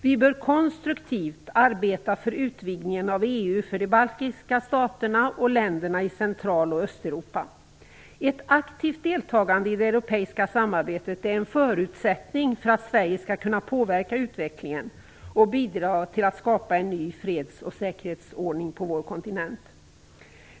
Vi bör konstruktivt arbeta för utvidgningen av EU till de baltiska staterna och länderna i Central och Östeuropa. Ett aktivt deltagande i det europeiska samarbetet är en förutsättning för att Sverige skall kunna påverka utvecklingen och bidra till att skapa en ny freds och säkerhetsordning på vår kontinent.